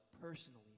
personally